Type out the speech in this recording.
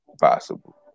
possible